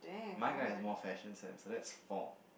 my guys has more fashion sense so that's four